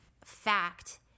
fact